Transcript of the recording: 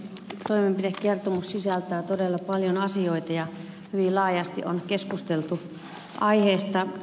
toimenpidekertomus sisältää todella paljon asioita ja hyvin laajasti on aiheesta keskusteltu